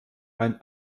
ein